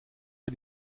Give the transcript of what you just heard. bei